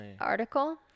article